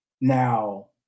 Now